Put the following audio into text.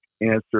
answer